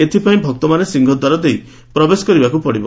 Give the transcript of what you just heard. ଏଥପାଇଁ ଭକ୍ତମାନେ ସିଂହଦ୍ୱାର ଦେଇ ପ୍ରବେଶ କରିବାକୁ ପଡ଼ିବ